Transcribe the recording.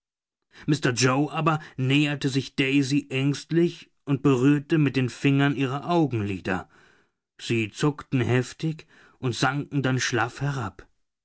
mr yoe aber näherte sich daisy ängstlich und berührte mit den fingern ihre augenlider sie zuckten heftig und sanken dann schlaff herab